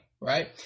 right